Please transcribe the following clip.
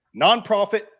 nonprofit